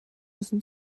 müssen